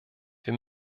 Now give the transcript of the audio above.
wir